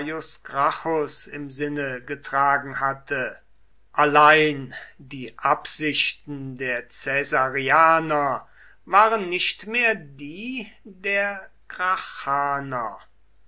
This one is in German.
im sinne getragen hatte allein die absichten der caesarianer waren nicht mehr die der